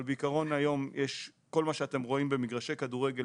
אבל בעיקרון היום כל מה שאתם רואים במגרשי כדורגל